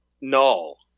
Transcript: null